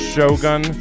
Shogun